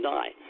die